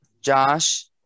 Josh